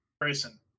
Grayson